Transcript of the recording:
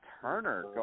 Turner